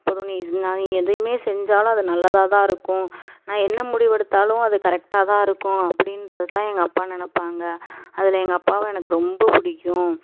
போதும் நீ நான் எதையுமே செஞ்சாலும் அது நல்லதாதான் இருக்கும் நான் என்ன முடிவெடுத்தாலும் அது கரெக்டாக தான் இருக்கும் அப்படின்றதான் எங்கள் அப்பா நினப்பாங்க அதில் எங்கள் அப்பாவை எனக்கு ரொம்ப பிடிக்கும்